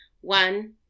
One